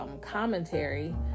commentary